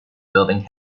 building